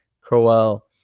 Crowell